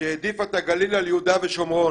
שהעדיפה את הגליל על יהודה ושומרון.